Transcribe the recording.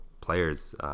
players